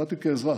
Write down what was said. נסעתי כאזרח,